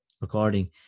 recording